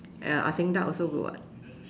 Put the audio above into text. ya Ah-Seng duck also good [what]